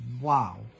Wow